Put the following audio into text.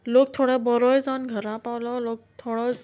लोक थोडो बरोय जावन घरा पावलो लोक थोडो